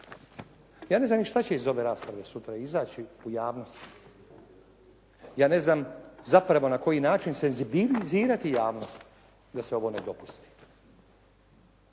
Ja ne znam ni šta će iz ove rasprave sutra izaći u javnost. Ja ne znam zapravo na koji način senzibilizirati javnosti da se ovo ne dopusti.